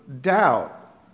doubt